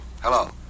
Hello